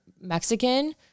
Mexican